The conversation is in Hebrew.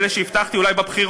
אלה שאולי הבטחתי להם בבחירות,